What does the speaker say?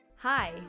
Hi